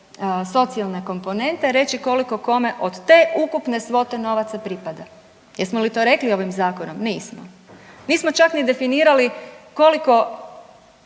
socijalne komponente reći koliko kome od te ukupne svote novaca pripada. Jesmo li to rekli ovim zakonom? Nismo. Nismo čak ni definirali koliko